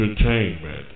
entertainment